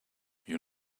you